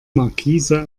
markise